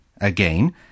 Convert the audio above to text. again